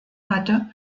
hatte